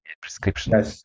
prescription